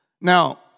Now